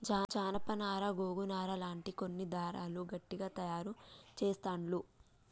జానప నారా గోగు నారా లాంటి కొన్ని దారాలు గట్టిగ తాయారు చెస్తాండ్లు